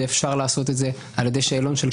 ואפשר לעשות את זה על ידי שאלון.